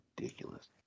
ridiculous